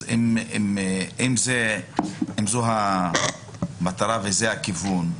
אם זו המטרה וזה הכיוון,